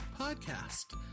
Podcast